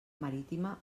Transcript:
marítima